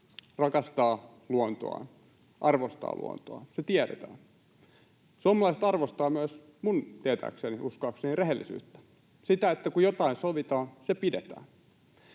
rakastavat luontoaan, arvostavat luontoaan. Se tiedetään. Suomalaiset arvostavat myös minun tietääkseni, uskoakseni, rehellisyyttä — sitä, että kun jotain sovitaan, se pidetään.